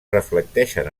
reflecteixen